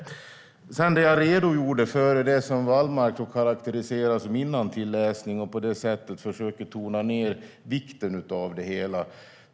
Sedan handlar det om det som jag redogjorde för, det som Wallmark karakteriserar som innantilläsning. På det sättet försöker han tona ned vikten av det hela.